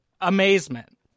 Amazement